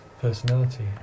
personality